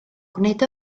gwneud